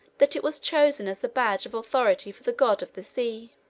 that it was chosen as the badge of authority for the god of the sea.